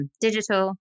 Digital